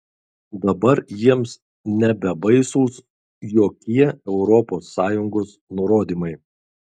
dabar jiems nebebaisūs jokie europos sąjungos nurodymai